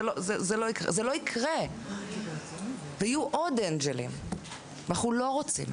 זה לא יקרה, ויהיו עוד אנג'לים, ואנחנו לא רוצים.